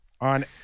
on